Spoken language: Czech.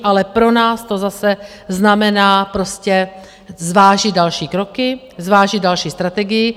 Ale pro nás to zase znamená zvážit další kroky, zvážit další strategii.